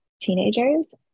teenagers